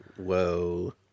Whoa